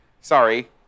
Sorry